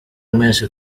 mwese